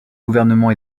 gouvernements